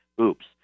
Oops